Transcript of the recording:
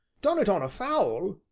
done it on a foul?